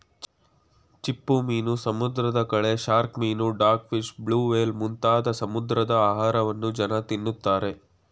ಚಿಪ್ಪುಮೀನು, ಸಮುದ್ರದ ಕಳೆ, ಶಾರ್ಕ್ ಮೀನು, ಡಾಗ್ ಫಿಶ್, ಬ್ಲೂ ಫಿಲ್ಮ್ ಮುಂತಾದ ಸಮುದ್ರದ ಆಹಾರವನ್ನು ಜನ ತಿನ್ನುತ್ತಾರೆ